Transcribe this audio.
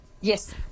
Yes